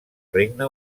regne